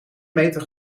meter